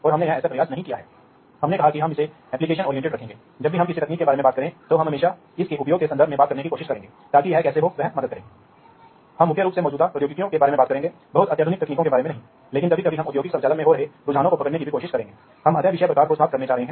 तो निर्देशात्मक उद्देश्य सबसे पहले छात्र एक नियोजित नेटवर्क के लिए बुनियादी प्रेरणाओं को समझाने में सक्षम होंगे यह वास्तव में प्रक्रिया स्वचालन के लिए एक नेटवर्क बनाने में कैसे मदद करता है वे इस व्याख्यान के पहले भाग में वर्णन करेंगे जिसका अगले पाठ में पालन किया जाएगा